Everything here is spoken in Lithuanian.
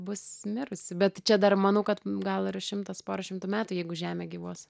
bus mirusi bet čia dar manau kad gal ir šimtas pora šimtų metų jeigu žemė gyvuos